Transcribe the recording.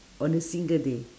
on a single day